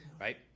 right